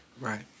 Right